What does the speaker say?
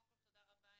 קודם כל תודה רבה,